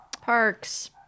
parks